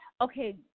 Okay